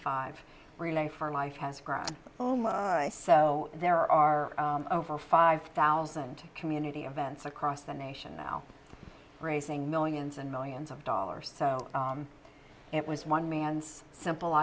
five relay for life has grown so there are over five thousand community events across the nation now raising millions and millions of dollars so it was one man's simple